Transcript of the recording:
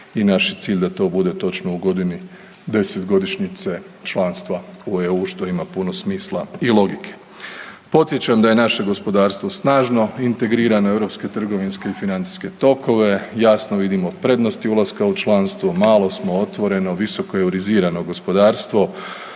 i naš je cilj da to bude točno u godini 10-godišnjice članstva u EU, što ima puno smisla i logike. Podsjećam da je naše gospodarstvo snažno, integrirano u europske trgovinske i financijske tokove, jasno vidimo prednosti ulaska u članstvo, malo smo, otvoreno, visokoeuroizirano gospodarstvo.